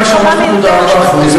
שמעלים צמיחה, לא לביטחון.